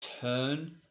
turn